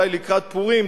אולי לקראת פורים,